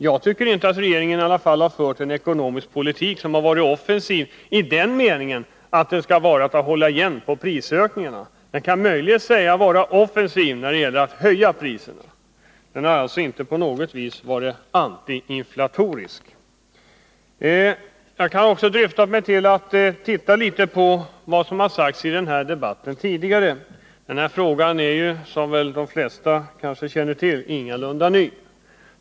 Jag tycker inte att regeringen har fört en ekonomisk politik som har varit offensiv i den meningen att den hjälpt till att hålla prisökningarna nere. Den kan möjligen sägas vara offensiv när det gäller att höja priserna. Den har alltså inte på något vis varit antiinflatorisk. Jag har också dristat mig att titta litet på vad som har sagts tidigare i den här debatten — frågan är, som väl de flesta känner till, ingalunda ny.